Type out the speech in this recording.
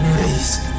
Please